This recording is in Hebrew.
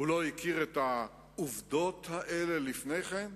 הוא לא הכיר את העובדות האלה לפני כן?